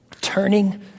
turning